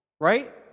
right